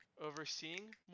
overseeing